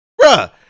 Bruh